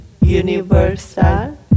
Universal